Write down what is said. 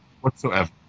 whatsoever